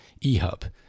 EHUB